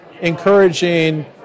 encouraging